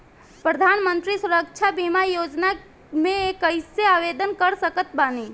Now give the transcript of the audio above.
प्रधानमंत्री सुरक्षा बीमा योजना मे कैसे आवेदन कर सकत बानी?